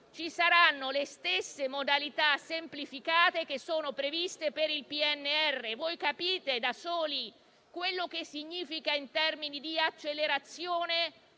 ci saranno le stesse modalità semplificate previste per il PNRR. Capite da soli ciò che significa in termini di accelerazione